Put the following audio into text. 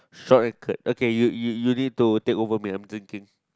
so I could okay you you you need to take over me I'm drinking